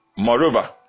Moreover